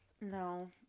no